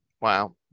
Wow